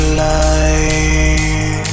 light